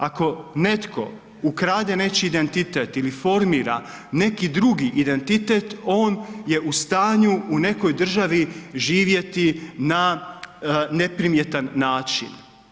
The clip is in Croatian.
Ako netko ukrade nečiji identitet ili formira neki drugi identitet, on je u stanju u nekoj državi živjeti na neprimjetan način.